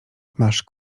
masz